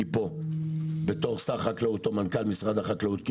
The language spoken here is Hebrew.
פה בתור שר חקלאות או מנכ"ל משרד החקלאות,